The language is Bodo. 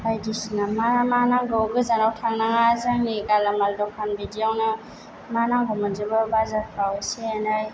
बाइदिसिना मा मा नांगौ गोजानाव थांनाङा जोंनि गालामाल दखान बिदियावनो मा नांगौ मोनजोबो बाजारफ्राव इसे एनै